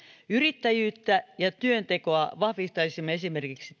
yrittäjyyttä ja työntekoa vahvistaisimme esimerkiksi